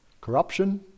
corruption